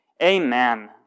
Amen